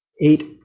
eight